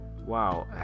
Wow